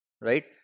Right